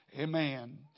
Amen